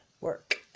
work